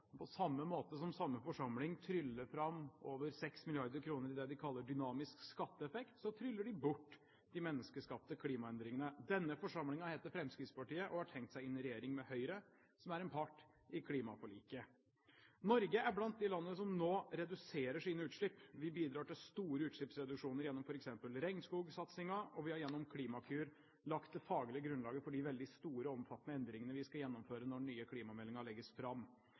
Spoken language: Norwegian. På samme måte som samme forsamling tryller fram over 6 mrd. kr til det de kaller dynamisk skatteeffekt, tryller de bort de menneskeskapte klimaendringene. Denne forsamlingen heter Fremskrittspartiet og har tenkt seg inn i regjering med Høyre, som er en part i klimaforliket. Norge er blant de landene som nå reduserer sine utslipp. Vi bidrar til store utslippsreduksjoner gjennom f.eks. regnskogsatsingen, og vi har gjennom Klimakur lagt det faglige grunnlaget for de veldig store og omfattende endringene vi skal gjennomføre når den nye klimameldingen skal legges fram.